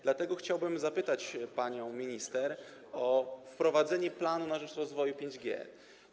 Dlatego chciałbym zapytać panią minister o wprowadzenie planu na rzecz rozwoju 5G.